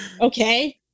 okay